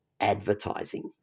advertising